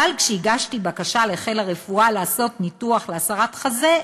אבל כשהגשתי בקשה לחיל הרפואה לעשות ניתוח להסרת חזה,